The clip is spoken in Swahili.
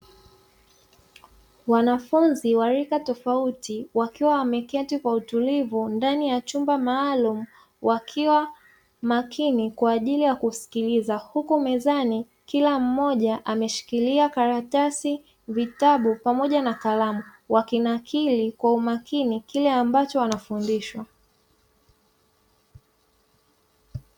Wanafunzi wa rika tofauti wakiwa wameketi kwa utulivu ndani ya chumba maalumu wakiwa makini kwa ajili ya kusikiliza huku mezani kila mmoja ameshikilia karatasi ,vitabu ,pamoja na kalamu, wakinakili kwa umakini kile ambacho wanafundishwa.